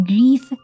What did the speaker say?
Grief